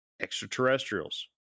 extraterrestrials